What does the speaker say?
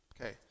Okay